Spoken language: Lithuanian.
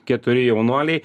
keturi jaunuoliai